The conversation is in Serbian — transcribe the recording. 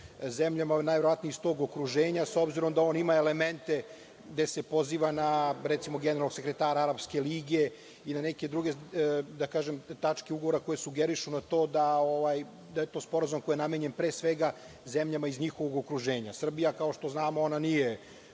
zemljama. Najverovatnije iz tog okruženja s obzirom da on ima elemente gde se poziva recimo na generalnog sekretara Arapske lige i na neke druge tačke ugovora koje sugerišu na to da je to sporazum koji je namenjen pre svega zemljama iz njihovog okruženja. Kao što znamo Srbija nije